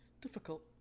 Difficult